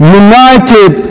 united